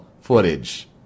footage